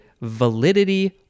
validity